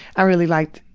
i really liked